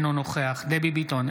אינו נוכח דבי ביטון,